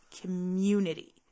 community